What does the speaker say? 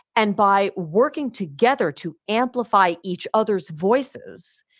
and by working together to amplify each other's voices,